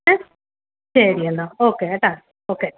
ഏ ശരി എന്നാൽ ഓക്കെ കേട്ടോ ഓക്കെ